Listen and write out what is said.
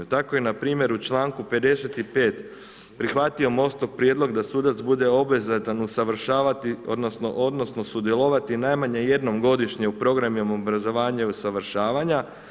Tako je npr. u čl. 55. prihvatio MOST-ov prijedlog da sudac bude obvezatan usavršavati odnosno sudjelovati najmanje jednom godišnje u programima obrazovanja i usavršavanja.